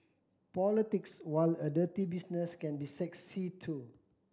politics while a dirty business can be sexy too